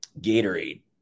Gatorade